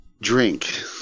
drink